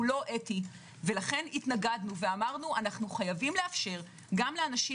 לכן התנגדנו ואמרנו: אנחנו חייבים לאפשר לאנשים